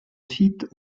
site